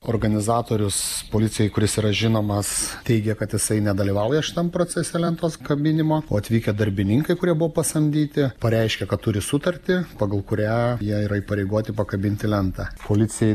organizatorius policijai kuris yra žinomas teigia kad jisai nedalyvauja šitam procese lentos kabinimo o atvykę darbininkai kurie buvo pasamdyti pareiškė kad turi sutartį pagal kurią jie yra įpareigoti pakabinti lentą policijai